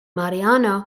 mariano